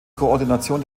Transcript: koordination